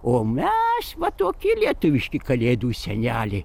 o mes va toki lietuviški kalėdų seneliai